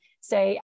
say